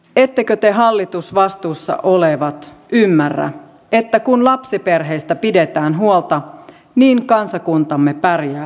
ettekö te hallitusvastuussa olevat ymmärrä että kun lapsiperheistä pidetään huolta niin kansakuntamme pärjää tulevaisuudessakin